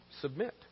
submit